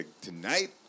Tonight